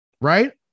Right